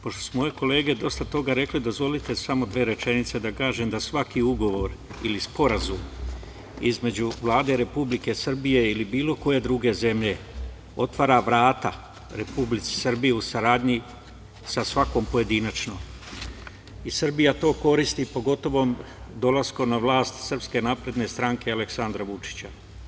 Pošto su moje kolege dosta toga rekle, dozvolite samo dve rečenice da kažem, da svaki ugovor ili sporazum između Vlade Republike Srbije ili bilo koje druge zemlje otvara vrata Republici Srbiji u saradnji sa svakom pojedinačno i Srbija to koristi, pogotovo dolaskom na vlast SNS i Aleksandra Vučića.